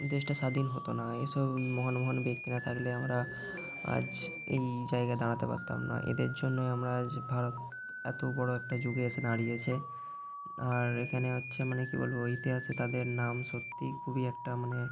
দেশটা স্বাধীন হতো না এসব মহান মহান ব্যক্তি না থাকলে আমরা আজ এই জায়গায় দাঁড়াতে পারতাম না এদের জন্যই আমরা আজ ভারত এত বড় একটা যুগে এসে দাঁড়িয়েছে আর এখানে হচ্ছে মানে কী বলব ইতিহাসে তাদের নাম সত্যিই খুবই একটা মানে